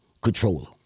controller